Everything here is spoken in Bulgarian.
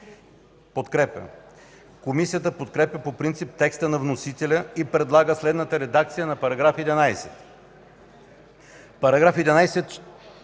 Комисията подкрепя по принцип текста на вносителя и предлага следната редакция на § 11: „§ 11.